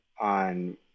on